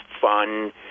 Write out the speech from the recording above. fun